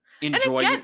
Enjoy